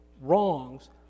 wrongs